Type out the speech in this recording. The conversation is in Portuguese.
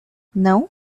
não